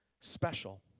special